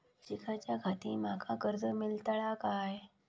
शिकाच्याखाती माका कर्ज मेलतळा काय?